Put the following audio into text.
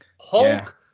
Hulk